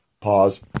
Pause